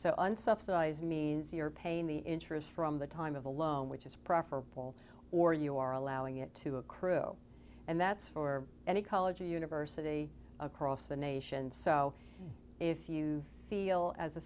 so unsubsidized means you're paying the interest from the time of the loan which is preferable or you are allowing it to accrue and that's for any college or university across the nation so if you feel as a